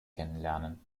kennenlernen